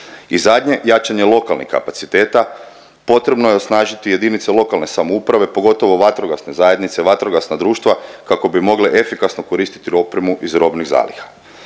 I zadnje, jačanje lokalnih kapaciteta, potrebno je osnažiti JLS, pogotovo vatrogasne zajednice, vatrogasna društva kako bi mogle efikasno koristiti opremu iz robnih zaliha.